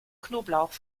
knoblauch